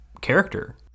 character